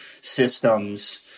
systems